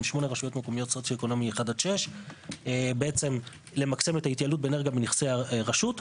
עם שמונה רשויות מקומיות סוציו-אקונומי 1 עד 6. בעצם למקסם את ההתייעלות באנרגיה בנכסי הרשות,